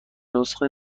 نسخه